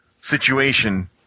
situation